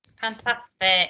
Fantastic